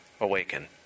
awaken